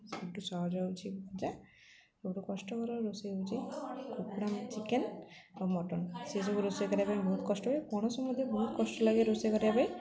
ସବୁଠୁ ସହଜ ହଉଛିି ଭଜା ସବୁଠୁ କଷ୍ଟକର ରୋଷେଇ ହେଉଛି କୁକୁଡ଼ା ଚିକେନ ଆଉ ମଟନ ସେସବୁ ରୋଷେଇ କରିବା ପାଇଁ ବହୁତ କଷ୍ଟ ହୁଏ କୌଣସି ମଧ୍ୟ ବହୁତ କଷ୍ଟ ଲାଗେ ରୋଷେଇ କରିବା ପାଇଁ